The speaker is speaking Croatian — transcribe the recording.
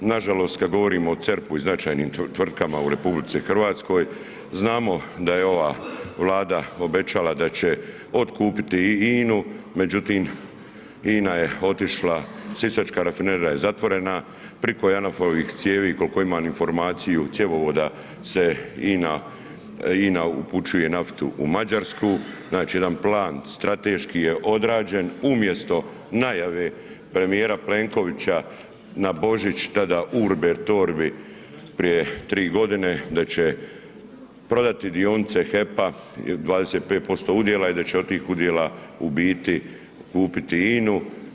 Nažalost kad govorimo o CERP-u i značajnim tvrtkama u RH znamo da je ova Vlada obećala da će otkupiti i INA-u međutim, INA je otišla, sisačka rafinerija je zatvorena, preko JANAF-ovih cijevi, koliko imam informaciju, cjevovoda se INA upućuje naftu u Mađarsku, znači jedan plan strateški je odrađen umjesto najave premijera Plenkovića na Božić tada, urbi et orbi prije 3 godine, da će prodati dionice HEP-a, 25% udjela i da će od tih udjela u biti kupiti INA-u.